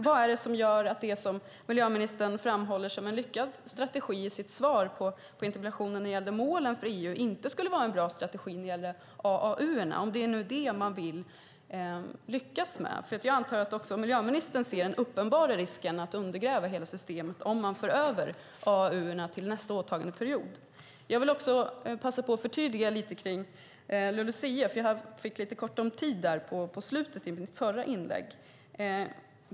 Vad är det som gör att det som miljöministern framhåller som en lyckad strategi i sitt svar på interpellationen när det gällde målen för EU inte skulle vara en bra strategi när det gäller AAU:erna, om det nu är det som man vill lyckas med? Jag antar också miljöministern ser den uppenbara risken att det undergräver hela systemet om man för över AAU:erna till nästa åtagandeperiod. Jag vill också passa på att förtydliga lite kring LUCF för jag fick lite ont om tid på slutet i mitt förra inlägg.